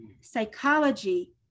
Psychology